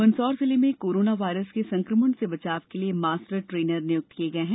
मंदसौर जिले में corona virus के संक्रमण से बचाव के लिए मास्टर ट्रेनर नियुक्त किए गए है